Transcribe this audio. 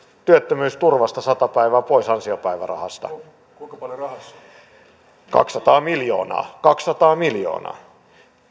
työttömyysturvasta sata päivää pois ansiopäivärahasta kaksisataa miljoonaa kaksisataa miljoonaa